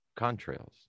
contrails